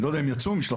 אני לא יודע אם יצאו לשם